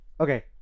Okay